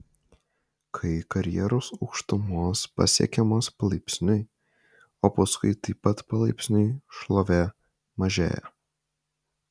kai karjeros aukštumos pasiekiamos palaipsniui o paskui taip pat palaipsniui šlovė mažėja